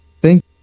Thank